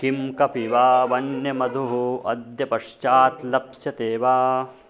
किं कपि वा वन्यमधुः अद्य पश्चात् लप्स्यते वा